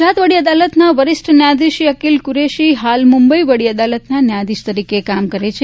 ગુજરાત વડી અદાલતના વરિષ્ઠ ન્યાયાધીશ શ્રી અકીલ કુરેશી હાલ મુંબઇ વડી અદાલતના ન્યાયાધીશ તરીકે કામ કરે છે